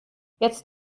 jetzt